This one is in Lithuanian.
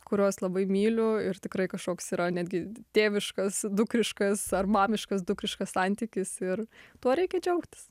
kuriuos labai myliu ir tikrai kažkoks yra netgi tėviškas dukriškas ar mamiškas dukriškas santykis ir tuo reikia džiaugtis